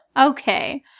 okay